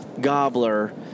gobbler